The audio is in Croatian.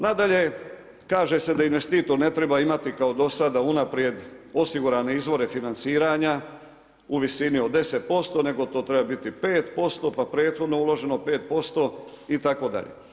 Nadalje, kaže se da investitor ne treba imati kao do sada unaprijed osigurane izvore financiranja u visini od 10% nego to treba biti 5% pa prethodno uloženo 5% itd.